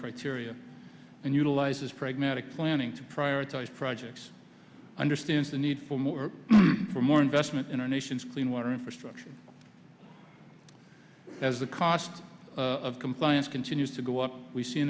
criteria and utilizes pragmatic planning to prioritize projects understands the need for more for more investment in our nation's clean water infrastructure as the cost of compliance continues to go up we see